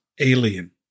alien